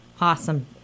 Awesome